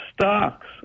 stocks